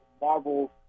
Marvel